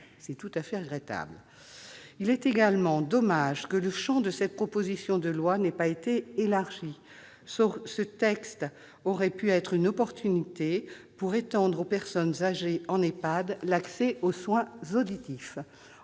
C'est tout à fait regrettable ! Il est dommage également que le champ de cette proposition de loi n'ait pas été élargi, alors qu'il s'agissait d'une opportunité pour étendre aux personnes âgées en EHPAD l'accès aux soins auditifs.